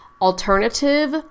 alternative